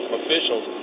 officials